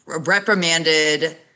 reprimanded